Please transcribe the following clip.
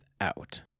out